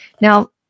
Now